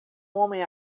homem